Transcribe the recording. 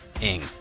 ing